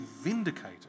vindicated